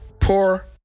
poor